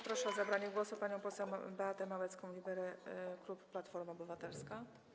Proszę o zabranie głosu panią poseł Beatę Małecką-Liberę, klub Platforma Obywatelska.